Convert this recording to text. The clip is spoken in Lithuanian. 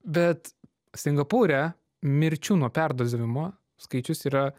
bet singapūre mirčių nuo perdozavimo skaičius yra